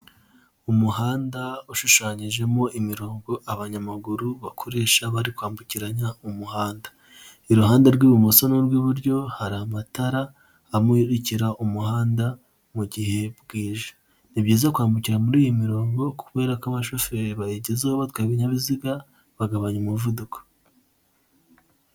Umuhanda ushushanyijemo imirongo abanyamaguru bakoresha bari kwambukiranya umuhanda, iruhande rw'ibumoso n'urw'iburyo hari amatara amukira umuhanda, mu gihe bwije. Ni byiza kwambukira muri iyi mirongo kubera ko abashoferi bayigezeho batwaye ibinyabiziga, bagabanya umuvuduko.